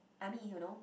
I mean you know